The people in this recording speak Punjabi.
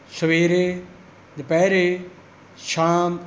ਸਵੇਰੇ ਦੁਪਹਿਰੇ ਸ਼ਾਮ